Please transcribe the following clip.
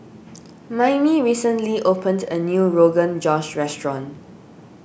Maymie recently opened a new Rogan Josh restaurant